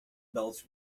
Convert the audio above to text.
belts